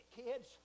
kids